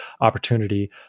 opportunity